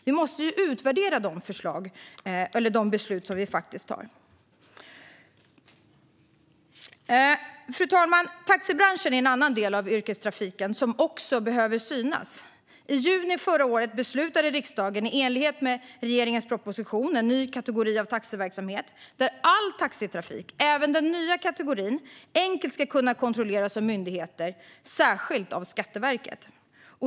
Vi måste utvärdera de beslut som vi fattar. Fru talman! Taxibranschen är en annan del av yrkestrafiken som behöver synas. I juni förra året beslutade riksdagen i enlighet med regeringens proposition En ny kategori av taxitrafik att all taxitrafik, även den nya kategorin, enkelt ska kunna kontrolleras av myndigheter, särskilt Skatteverket.